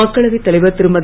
மக்களவை தலைவர் திருமதி